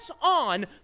on